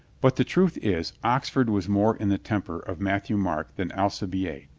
but the truth is, oxford was more in the temper of matthieu-marc than alcibiade.